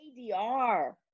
ADR